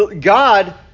God